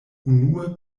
unue